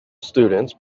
students